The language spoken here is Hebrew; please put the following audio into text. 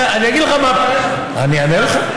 אני אגיד לך מה, אני אענה לך.